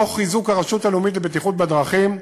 תוך חיזוק הרשות הלאומית לבטיחות בדרכים,